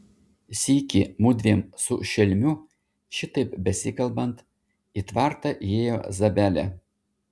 sykį mudviem su šelmiu šitaip besikalbant į tvartą įėjo zabelė